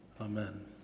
amen